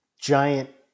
giant